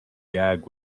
gag